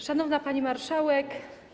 Szanowna Pani Marszałek!